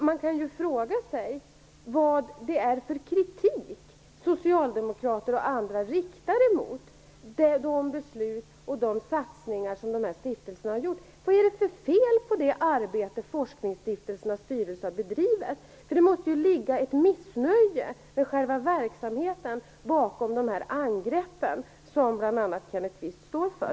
Man kan fråga sig vilken kritik socialdemokrater och andra riktar emot de beslut och de satsningar som stiftelserna har gjort. Vad är det för fel på det arbete forskningsstiftelsernas styrelser har bedrivit? Det måste ligga ett missnöje med själva verksamheten bakom dessa angrepp, som bl.a. Kenneth Kvist står för.